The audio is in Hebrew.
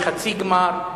יש חצי-גמר.